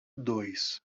dois